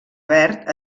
verd